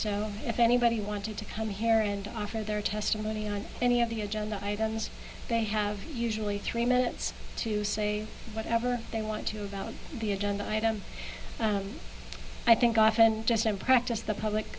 so if anybody wanted to come here and offer their testimony on any of the agenda items they have usually three minutes to say whatever they want to about the agenda item i think often just in practice the public